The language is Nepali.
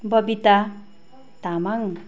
बबिता तामाङ